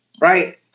Right